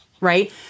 right